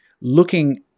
looking